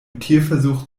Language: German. tierversuch